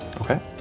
Okay